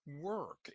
work